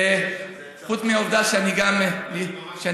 חוץ מהעובדה שאני גם אלרגי,